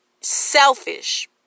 selfish